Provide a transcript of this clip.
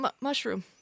mushroom